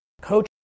coach